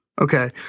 Okay